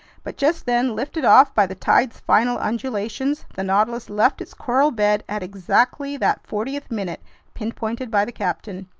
but just then, lifted off by the tide's final undulations, the nautilus left its coral bed at exactly that fortieth minute pinpointed by the captain.